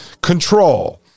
Control